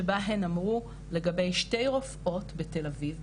שבה הן אמרו לגבי שתי רופאות בתל-אביב,